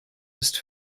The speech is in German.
ist